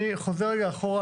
אני חוזר רגע אחורה,